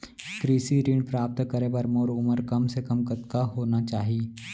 कृषि ऋण प्राप्त करे बर मोर उमर कम से कम कतका होना चाहि?